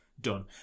done